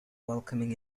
welcoming